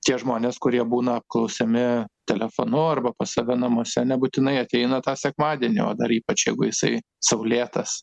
tie žmonės kurie būna apklausiami telefonu arba pas save namuose nebūtinai ateina tą sekmadienį o dar ypač jeigu jisai saulėtas